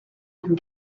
and